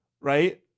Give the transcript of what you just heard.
Right